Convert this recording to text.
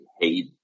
hate